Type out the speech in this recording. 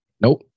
nope